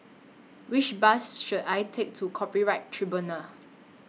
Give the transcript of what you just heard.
Which Bus should I Take to Copyright Tribunal